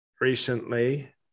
recently